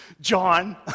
John